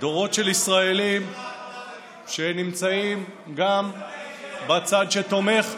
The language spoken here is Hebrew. דורות של ישראלים שנמצאים גם בצד שתומך,